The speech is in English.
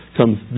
comes